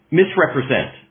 misrepresent